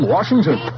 Washington